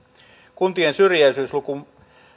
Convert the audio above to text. kuntien syrjäisyysluku